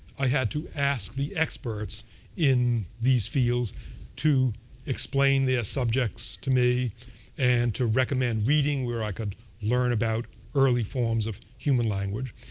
i had to ask the experts in these fields to explain their subjects to me and to recommend reading where i could learn about early forms of human language.